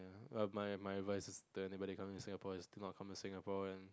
ya my my advice my advice to anybody coming to Singapore is do not come to Singapore and